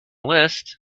list